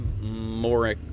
more